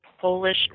Polish